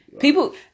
people